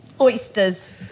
Oysters